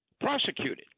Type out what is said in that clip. prosecuted